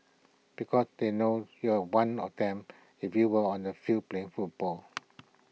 because they know you are one of them if you were on the field playing football